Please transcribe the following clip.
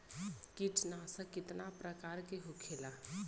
कीटनाशक कितना प्रकार के होखेला?